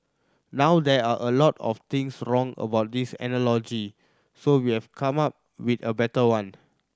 now there are a lot of things wrong a with this analogy so we've come up with a better one